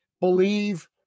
believe